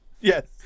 Yes